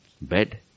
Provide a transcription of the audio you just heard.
Bed